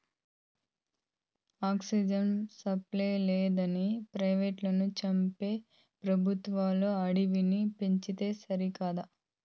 oxygen supply లేదని పేషెంట్లను చంపే పెబుత్వాలు అడవిని పెంచితే సరికదా